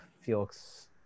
Felix